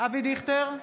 אבי דיכטר,